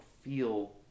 feel